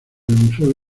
museo